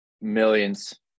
Millions